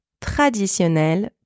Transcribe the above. traditionnel